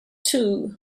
too